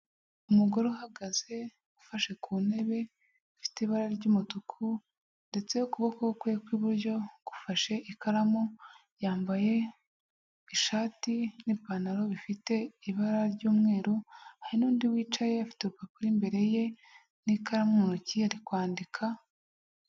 Umugore uhagaze ufashe ku ntebe ifite ibara ry'umutuku ndetse ukuboko kwe kw'iburyo gufashe ikaramu, yambaye ishati n'ipantaro bifite ibara ry'umweru, hari n'undi wicaye afite urupapuro imbere ye n'ikaramu mu ntoki ari kwandika.